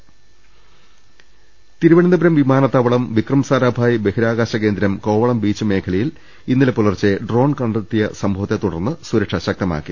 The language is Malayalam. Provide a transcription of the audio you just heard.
രുവെട്ടുമ തിരുവനന്തപുരം വിമാനത്താവളം വിക്രം സാരാഭായ് ബഹിരാകാശ കേന്ദ്രം കോവളം ബീച്ച് മേഖലയിൽ ഇന്നലെ പുലർച്ചെ ഡ്രോൺ കണ്ടെത്തി യ സംഭവത്തെത്തുടർന്ന് സുരക്ഷ ശക്തമാക്കി